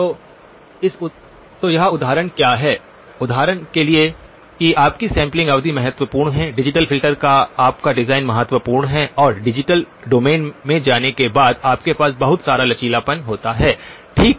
तो यह उदाहरण क्या है उदाहरण के लिए कि आपकी सैंपलिंग अवधि महत्वपूर्ण है डिजिटल फ़िल्टर का आपका डिज़ाइन महत्वपूर्ण है और डिजिटल डोमेन domain में जाने के बाद आपके पास बहुत सारा लचीलापन होता है ठीक